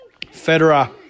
Federer